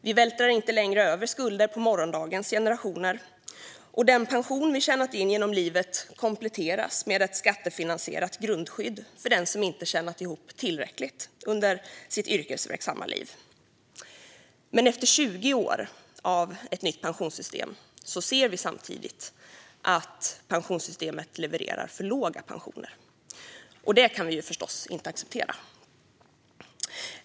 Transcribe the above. Vi vältrar inte längre över skulder på morgondagens generationer, och den pension vi tjänat in genom livet kompletteras med ett skattefinansierat grundskydd för den som inte tjänat ihop tillräckligt under sitt yrkesverksamma liv. Men efter 20 år med detta pensionssystem ser vi att det levererar för låga pensioner. Det kan vi förstås inte acceptera.